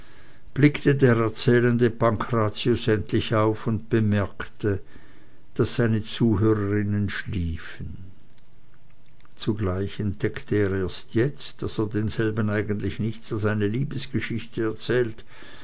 blickte der erzählende pankrazius endlich auf und bemerkte daß seine zuhörerinnen schliefen zugleich entdeckte er erst jetzt daß er denselben eigentlich nichts als eine liebesgeschichte erzählt